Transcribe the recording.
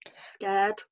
scared